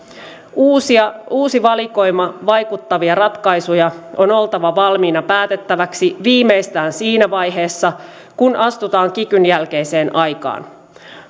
uusi valikoima vaikuttavia ratkaisuja on oltava valmiina päätettäviksi viimeistään siinä vaiheessa kun astutaan kikyn jälkeiseen aikaan